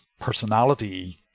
personality